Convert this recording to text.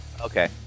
Okay